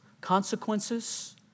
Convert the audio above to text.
Consequences